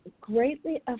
greatly